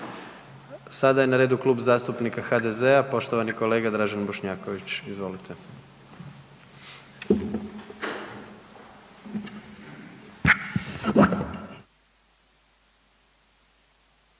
Sada je na redu Klub zastupnika HDZ-a, poštovani kolega Dražen Bošnjaković.